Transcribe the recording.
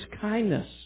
kindness